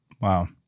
Wow